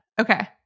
Okay